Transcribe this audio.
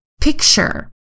picture